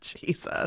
Jesus